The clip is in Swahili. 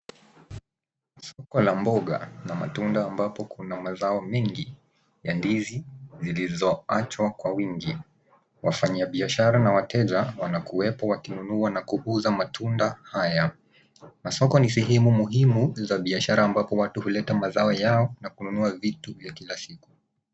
Kuko la mboga na matunda ambapo kuna mazao mengi, ya ndizi zilizoachwa kwa wingi. Wafanyabiashara na wateja, wanakuwepo wakinunua na kuuza matunda haya. Na soko ni sehemu muhimu za biashara ambapo watu huleta mazao yao, na kununua vitu vya kila siku.